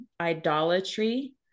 idolatry